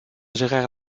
gérard